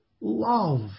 love